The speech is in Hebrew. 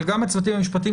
אבל גם הצוותים המשפטיים,